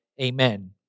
amen